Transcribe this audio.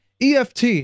EFT